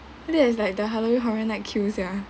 that is like the halloween horror night queue sia